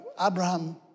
Abraham